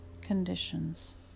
conditions